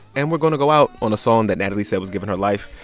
and we're going to go out on a song that natalie said was giving her life.